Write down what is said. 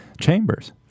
chambers